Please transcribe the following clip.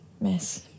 miss